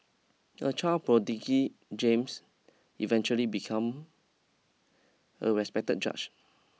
a child prodigy James eventually become a respected judge